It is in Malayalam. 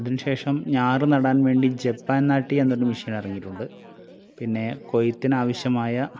അതിന് ശേഷം ഞാറ് നടാൻ വേണ്ടി ജപ്പാൻ നാട്ടി എന്നൊര് മെഷീൻ ഇറങ്ങിയിട്ടുണ്ട് പിന്നെ കൊയ്ത്തിനാവശ്യമായ